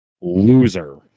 Loser